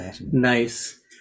Nice